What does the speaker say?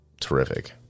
terrific